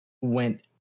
went